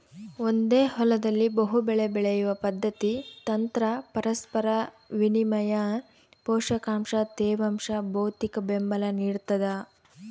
ಒಂದೇ ಹೊಲದಲ್ಲಿ ಬಹುಬೆಳೆ ಬೆಳೆಯುವ ಪದ್ಧತಿ ತಂತ್ರ ಪರಸ್ಪರ ವಿನಿಮಯ ಪೋಷಕಾಂಶ ತೇವಾಂಶ ಭೌತಿಕಬೆಂಬಲ ನಿಡ್ತದ